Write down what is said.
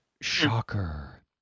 Shocker